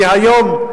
כי היום,